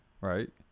right